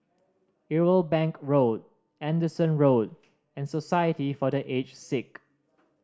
Irwell Bank Road Anderson Road and Society for The Aged Sick